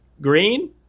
green